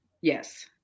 Yes